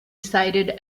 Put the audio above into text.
cited